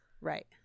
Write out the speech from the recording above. Right